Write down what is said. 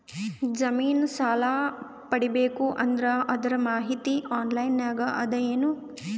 ಜಮಿನ ಸಾಲಾ ಪಡಿಬೇಕು ಅಂದ್ರ ಅದರ ಮಾಹಿತಿ ಆನ್ಲೈನ್ ನಾಗ ಅದ ಏನು?